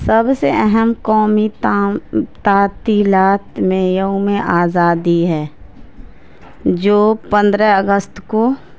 سب سے اہم قومی تعطیلات میں یوم آزادی ہے جو پندرہ اگست کو